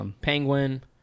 Penguin